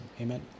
Amen